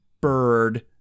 bird